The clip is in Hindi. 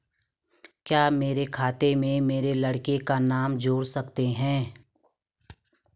क्या मेरे खाते में मेरे लड़के का नाम जोड़ सकते हैं?